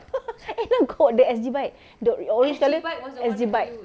end up got the S_G bike the orange colour S_G bike